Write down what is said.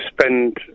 spend